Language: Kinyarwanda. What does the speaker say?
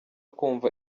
kumva